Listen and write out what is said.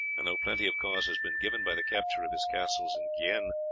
and though plenty of cause has been given by the capture of his castles in guienne,